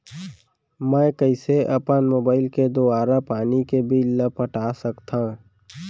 मैं कइसे अपन मोबाइल के दुवारा पानी के बिल ल पटा सकथव?